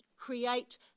create